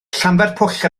llanfairpwll